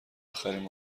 بخریم